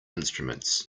instruments